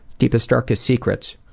deepest darkest secrets?